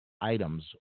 items